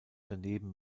daneben